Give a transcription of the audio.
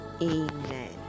Amen